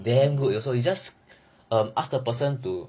damn good you also you just mm ask the person to